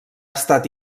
estat